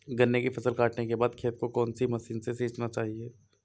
गन्ने की फसल काटने के बाद खेत को कौन सी मशीन से सींचना चाहिये?